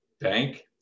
Bank